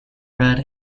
red